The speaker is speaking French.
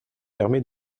fermé